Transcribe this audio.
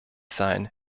sein